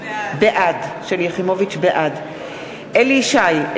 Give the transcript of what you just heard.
בעד אליהו ישי,